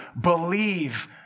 believe